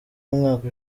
umwaka